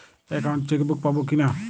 Account chequebook পাবো কি না?